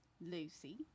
Lucy